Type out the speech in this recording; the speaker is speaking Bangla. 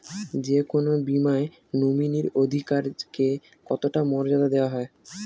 যে কোনো বীমায় নমিনীর অধিকার কে কতটা মর্যাদা দেওয়া হয়?